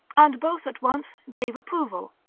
and both at once gave approval.